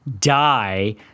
die